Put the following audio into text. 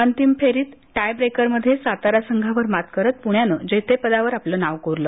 अंतिम फेरीत टायब्रेकरमध्ये सातारा संघावर मात करत प्रण्यानं जेतेपदावर आपलं नाव कोरलं